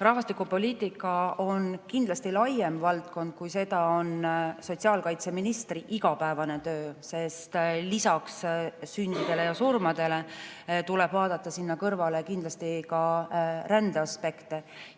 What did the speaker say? Rahvastikupoliitika on kindlasti laiem valdkond, kui seda on sotsiaalkaitseministri igapäevane töö. Lisaks sündidele ja surmadele tuleb vaadata sinna kõrvale kindlasti ka rändeaspekte